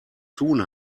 tun